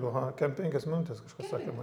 aha kiampenkias minutes kažkas sakė man